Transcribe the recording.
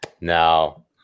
now